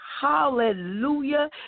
hallelujah